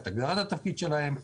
את הגדרת התפקיד שלהם.